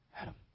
Adam